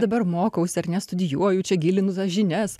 dabar mokausi ar ne studijuoju čia gilinu tas žinias